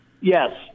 Yes